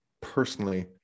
personally